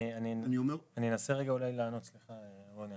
אני אנסה לענות רגע.